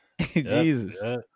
Jesus